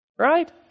Right